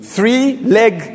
Three-leg